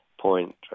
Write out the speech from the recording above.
point